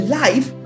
life